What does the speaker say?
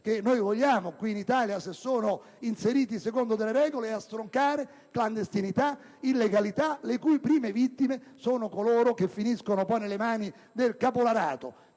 che noi vogliamo qui in Italia se sono inseriti secondo le regole, e per stroncare clandestinità e illegalità, le cui prime vittime sono coloro che finiscono poi nelle mani del caporalato.